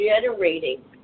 generating